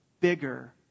bigger